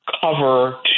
cover